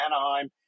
Anaheim